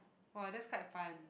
!wah! that's quite fun